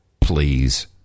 please